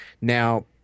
Now